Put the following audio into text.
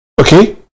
Okay